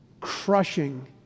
crushing